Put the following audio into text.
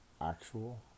actual